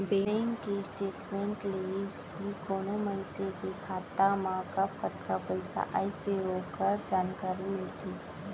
bank के statement ले ही कोनो मनसे के खाता मा कब कतका पइसा आइस ओकर जानकारी मिलथे